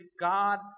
God